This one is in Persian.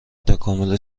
تکامل